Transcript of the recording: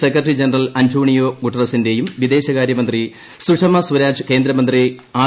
secretary general Antonio ഗുട്ട്റസിന്റെയും വിദേശകാരൃമന്ത്രി സുഷമ സ്വരാജ് കേന്ദ്രമന്ത്രി ആർ